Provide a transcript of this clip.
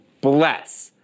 bless